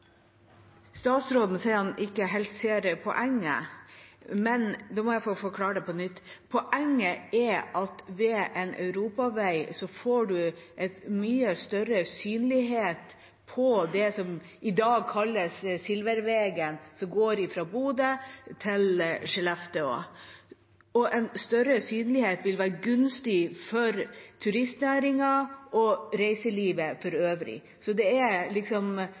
Statsråden sier at han ikke ser helt poenget. Da må jeg forklare det på nytt: Poenget er at man med en europavei får en mye større synlighet for det som i dag kalles «Silvervegen», som går fra Bodø til Skellefteå. En større synlighet vil være gunstig for turistnæringen og reiselivet for øvrig. Så det er